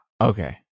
Okay